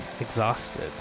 Exhausted